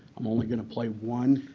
i'm only going to play one.